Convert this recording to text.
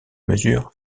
mesures